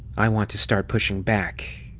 i want to start pushing back.